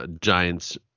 Giants